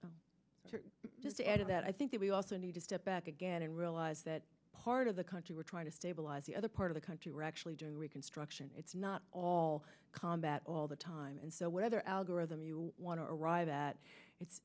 army just added that i think that we also need to step back again and realize that part of the country we're trying to stabilize the other part of the country we're actually doing reconstruction it's not all combat all the time and so whether algorithm you want to arrive at it's